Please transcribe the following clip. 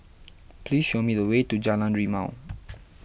please show me the way to Jalan Rimau